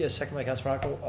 ah second by counselor morocco,